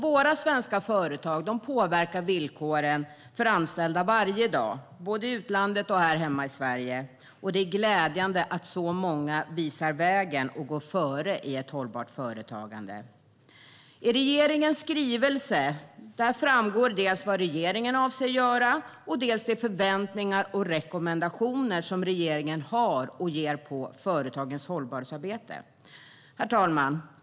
Våra svenska företag påverkar villkoren för anställda varje dag i utlandet och här hemma i Sverige. Det är glädjande att så många visar vägen och går före i ett hållbart företagande. I regeringens skrivelse framgår dels vad regeringen avser att göra, dels de förväntningar och rekommendationer som regeringen ger för företagens hållbarhetsarbete. Herr talman!